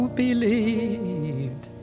believed